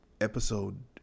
episode